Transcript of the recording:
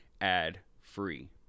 ad-free